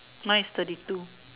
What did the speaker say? mine is thirty two